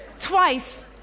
twice